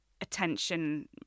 attention